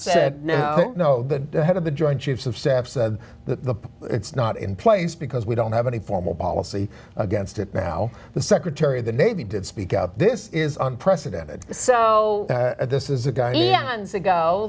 said no no the head of the joint chiefs of staff said the it's not in place because we don't have any formal policy against it now the secretary of the navy did speak out this is unprecedented so this is a guy